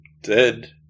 dead